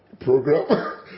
program